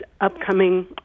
upcoming